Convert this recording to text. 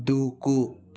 దూకు